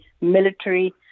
military